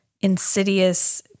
insidious